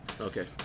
Okay